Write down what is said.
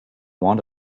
want